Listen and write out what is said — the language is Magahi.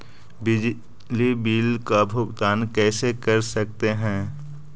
बिजली बिल का भुगतान कैसे कर सकते है?